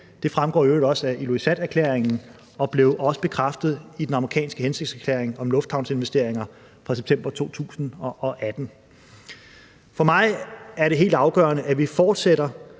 Det fremgår i øvrigt også af Ilulissaterklæringen og blev også bekræftet i den amerikanske hensigtserklæring om lufthavnsinvesteringer fra september 2018. For mig er det helt det afgørende, at vi fortsætter